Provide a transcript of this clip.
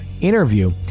interview